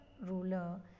ruler